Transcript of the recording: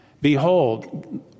Behold